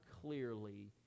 clearly